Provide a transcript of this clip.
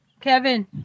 Kevin